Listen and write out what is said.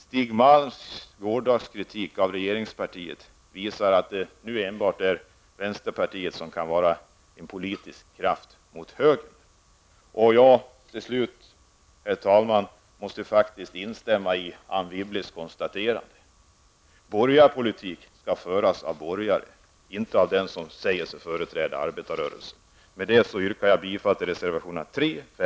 Stig Malms kritik i går av regeringspartiet visar att det nu enbart är vänsterpartiet som kan vara en politisk kraft mot högern. Till slut, herr talman, måste jag instämma i Anne Wibbles konstaterande. Borgerlig politik skall föras av de borgerliga, inte av dem som säger sig företräda arbetarrörelsen. Med detta yrkar jag bifall till reservervationerna 3,